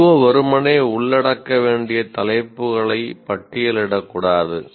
CO வெறுமனே உள்ளடக்க வேண்டிய தலைப்புகளை பட்டியலிடக்கூடாது